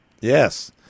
Yes